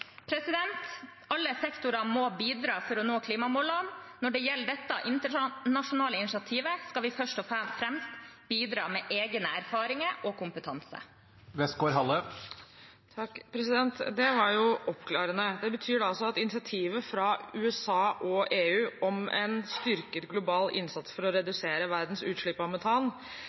Alle sektorer må bidra for å nå klimamålene. Når det gjelder dette internasjonale initiativet, skal vi først og fremst bidra med egne erfaringer og kompetanse. Det var oppklarende. Det betyr altså at initiativet fra USA og EU om en styrket global innsats for å redusere verdens utslipp av metan